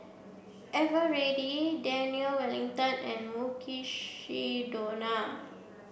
Eveready Daniel Wellington and Mukshidonna